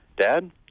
Dad